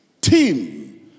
team